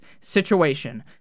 situation